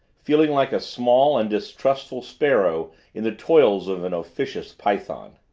feeling like a small and distrustful sparrow in the toils of an officious python.